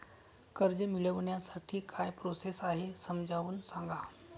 कर्ज मिळविण्यासाठी काय प्रोसेस आहे समजावून सांगा